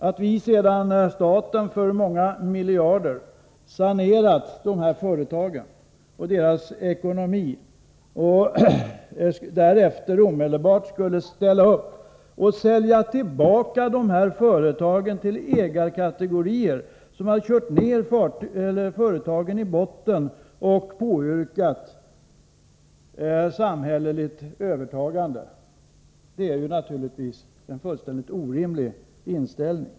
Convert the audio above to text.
Att vi sedan staten för många miljarder sanerat de här företagen och deras ekonomi omedelbart skulle sälja tillbaka dem till de ägarkategorier som körde ned företagen i botten och påyrkade samhälleligt övertagande är naturligtvis fullständigt orimligt.